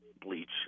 bleach